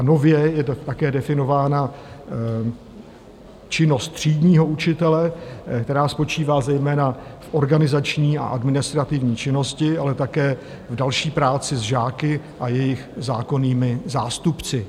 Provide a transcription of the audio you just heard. Nově je také definována činnost třídního učitele, která spočívá zejména v organizační a administrativní činnosti, ale také v další práci s žáky a jejich zákonnými zástupci.